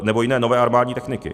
Nebo jiné nové armádní techniky.